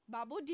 Babu